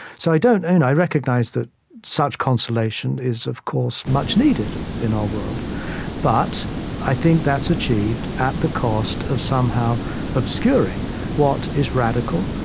so, i don't and i recognize that such consolation is, of course, much needed in our world but i think that's achieved at the cost of somehow obscuring what is radical,